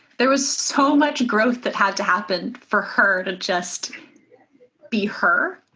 there was so much growth that had to happen for her to just be her.